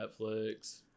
Netflix